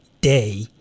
day